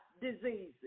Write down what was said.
diseases